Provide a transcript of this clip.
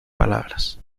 palabras